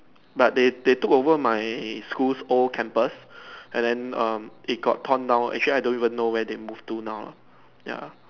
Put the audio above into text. but they they took over my school's old campus and then um it got torn down actually I don't even know where they move to now lah ya